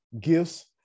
gifts